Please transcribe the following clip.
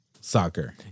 soccer